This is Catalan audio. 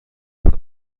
per